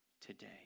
today